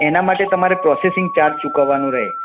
એના માટે તમારે પ્રોસેસિંગ ચાર્જ ચૂકવાનો રહે